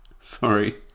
Sorry